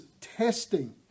testing